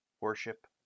Worship